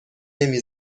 نمی